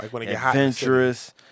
adventurous